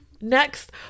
Next